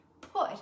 put